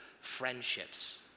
friendships